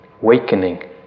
wakening